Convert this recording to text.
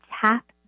tap